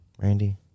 Randy